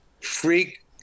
freak